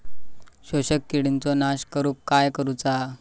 शोषक किडींचो नाश करूक काय करुचा?